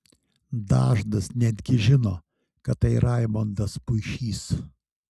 dažnas netgi žino kad tai raimondas puišys